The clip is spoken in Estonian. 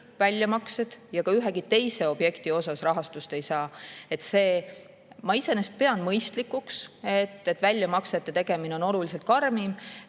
väljamaksed ja ka ühegi teise objekti jaoks rahastust ei saa. Ma iseenesest pean mõistlikuks, et väljamaksete tegemine on oluliselt karmim